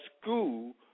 school